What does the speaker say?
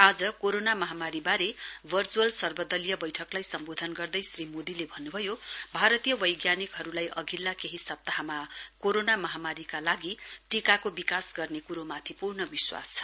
आज कोरोना महामारीबारे भर्चुअल सर्वदलीय बैठकलाई सम्बोधन गर्दै श्री मोदीले भन्नु भयो भारतीय वैज्ञानिकहरूलाई अघिल्ला केही सप्ताहमा कोरोना महामारीका लागि टीकाको विकास गर्ने कुरोमाथि पूर्ण विश्वास छ